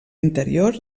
interior